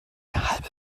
halbe